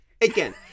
Again